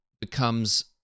becomes